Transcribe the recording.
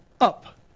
up